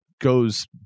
goes